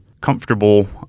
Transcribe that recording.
comfortable